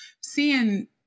seeing